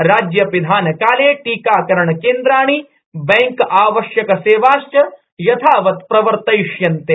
राज्य पिधानकाले टीकाकरण केंद्राणि बैंक आवश्यक सेवाश्य यथावत प्रवर्तयिष्यन्ते